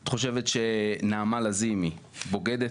את חושבת שנעמה לזימי בוגדת?